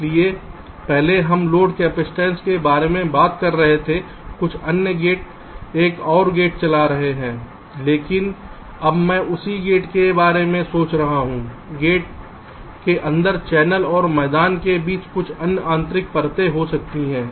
इसलिए पहले हम लोड कैपेसिटेंस के बारे में बात कर रहे थे कुछ अन्य गेट एक और गेट चला रहे हैं लेकिन अब मैं उसी गेट के बारे में सोच रहा हूं गेट के अंदर चैनल और मैदान के बीच कुछ अन्य आंतरिक परतें हो सकती हैं